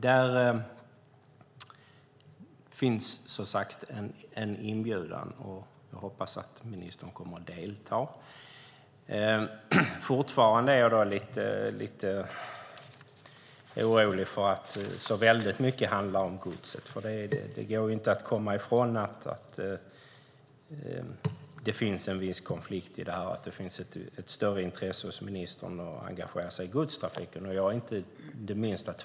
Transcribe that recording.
Det finns som sagt en inbjudan, och jag hoppas att ministern kommer att delta. Fortfarande är jag lite orolig för att så mycket handlar om gods. Det går inte att komma ifrån att det finns en viss konflikt i detta. Det finns ett större intresse hos ministern för att engagera sig i godstrafiken. Jag har inte det minsta emot det.